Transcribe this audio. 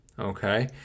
okay